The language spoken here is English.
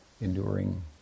enduring